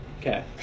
Okay